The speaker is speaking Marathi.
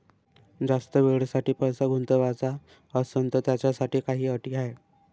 जास्त वेळेसाठी पैसा गुंतवाचा असनं त त्याच्यासाठी काही अटी हाय?